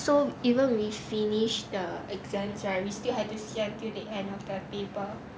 so even we finish the exams right we still have to sit until they end of the paper